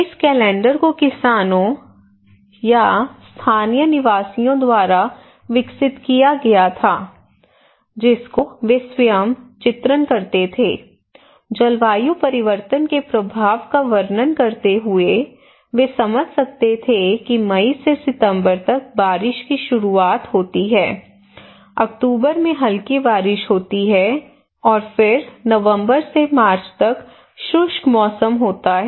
इस कैलेंडर को किसानों या स्थानीय निवासियों द्वारा विकसित किया गया था जिसका वे स्वयं चित्रण करते थे जलवायु परिवर्तन के प्रभाव का वर्णन करते हुए वे समझ सकते थे कि मई से सितंबर तक बारिश की शुरुआत होती है अक्टूबर में हल्की बारिश होती है और फिर नवंबर से मार्च तक शुष्क मौसम होता है